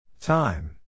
time